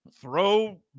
Throw